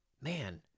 Man